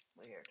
Weird